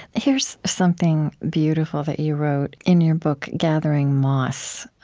here's something beautiful that you wrote in your book gathering moss,